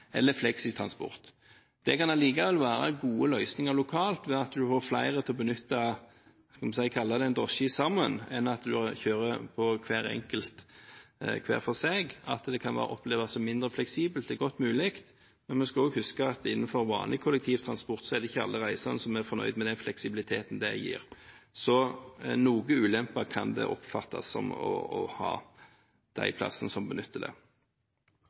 eller fleksitransport. Det kan allikevel være gode løsninger lokalt ved at en får flere til å benytte en drosje sammen i stedet for at man kjører hver for seg. At det kan oppleves som mindre fleksibelt, er godt mulig, men vi skal også huske at heller ikke alle reisende er fornøyd med den fleksibiliteten vanlig kollektivtransport gir. Så noen ulemper kan det oppfattes å ha – for de stedene som benytter det.